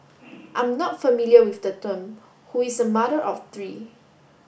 I'm not familiar with the term who is a mother of three